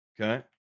Okay